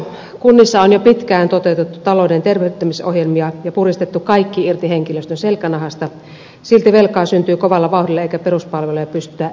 kunnissa on jo pitkään toteutettu talouden tervehdyttämisohjelmia ja puristettu kaikki irti henkilöstön selkänahasta silti velkaa syntyy kovalla vauhdilla eikä peruspalveluja pystytä enää turvaamaan